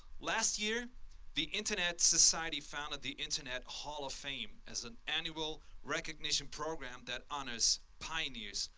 last year the internet society founded the internet hall of fame as an annual recognition program that honors pioneers,